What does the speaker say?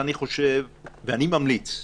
אני ממליץ לממשלה,